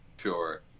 Sure